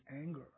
anger